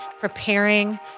preparing